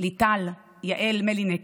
ליטל יעל מלניק,